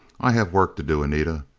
i have work to do, anita,